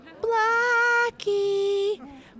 blackie